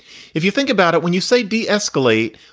if you think about it, when you say de-escalate,